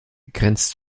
grenzt